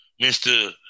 Mr